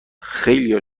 خیلیا